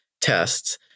tests